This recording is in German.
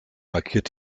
markiert